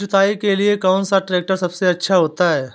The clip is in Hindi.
जुताई के लिए कौन सा ट्रैक्टर सबसे अच्छा होता है?